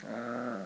ah